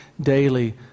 daily